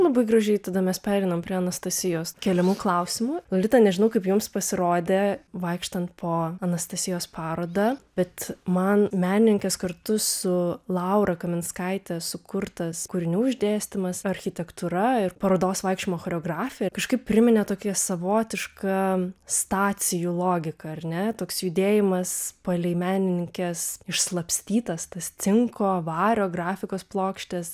labai gražiai tada mes pereinam prie anastasijos keliamų klausimų lolita nežinau kaip jums pasirodė vaikštant po anastasijos parodą bet man menininkės kartu su laura kaminskaite sukurtas kūrinių išdėstymas architektūra ir parodos vaikščiojimo choreografija kažkaip priminė tokią savotišką stacijų logiką ar ne toks judėjimas palei menininkės išslapstytas tas cinko vario grafikos plokštes